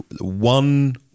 one